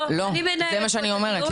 זה מה שאני אומרת.